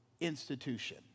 institution